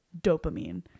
dopamine